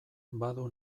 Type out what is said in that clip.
badu